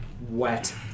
wet